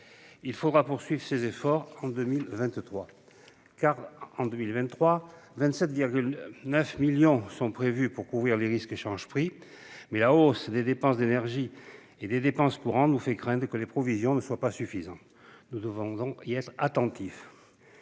Il faudra poursuivre ces efforts en 2023. Ainsi, 27,9 millions d'euros sont prévus pour couvrir le risque change-prix. Mais la hausse des dépenses d'énergie et des dépenses courantes nous fait craindre que les provisions ne soient pas suffisantes. Nous devrons y être attentifs.